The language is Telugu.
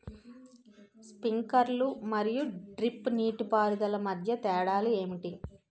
స్ప్రింక్లర్ మరియు డ్రిప్ నీటిపారుదల మధ్య తేడాలు ఏంటి?